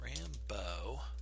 Rambo